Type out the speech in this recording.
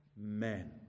men